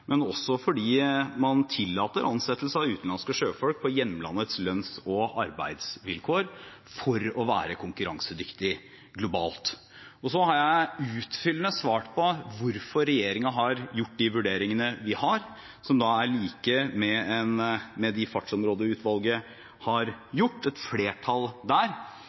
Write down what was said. men også fordi man tillater ansettelse av utenlandske sjøfolk på hjemlandets lønns- og arbeidsvilkår for å være konkurransedyktig globalt. Jeg har utfyllende svart på hvorfor regjeringen har gjort de vurderingene den har gjort, som er lik det et flertall i Fartsområdeutvalget har gjort.